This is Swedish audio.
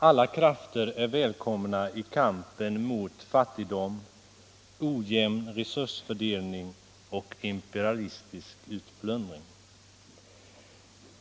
Alla krafter är välkomna i kampen mot fattigdom, ojämn resursfördelning och imperialistisk utplundring.